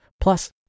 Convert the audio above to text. Plus